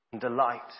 delight